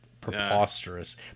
preposterous